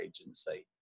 agency